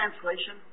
translation